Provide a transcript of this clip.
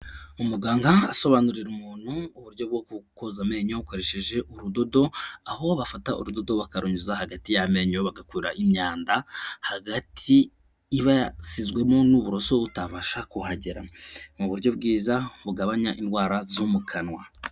Umuganga asobanurira umuntu uburyo bwo koza amenyo ukoresheje urudodo aho bafata urudodo bakarunyuza hagati y'amenyo bagakura imyanda hagati iba yasizwemo n'uburoso butabasha kuhagera, mu buryo bwiza bugabanya indwara zo mu kanwa.